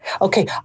Okay